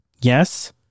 yes